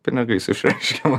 pinigais išreiškiama